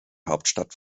hauptstadt